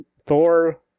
Thor